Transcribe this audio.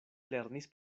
lernis